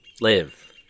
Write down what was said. Live